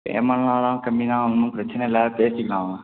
camera எல்லாம் கம்மி தான் ஒன்றும் பிரச்சனை இல்லை பேசிக்கலாம் வாங்க